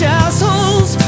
assholes